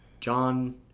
John